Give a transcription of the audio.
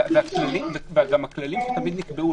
גם הכללים שנקבעו.